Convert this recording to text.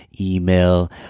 email